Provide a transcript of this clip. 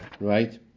Right